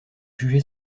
juger